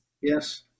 yes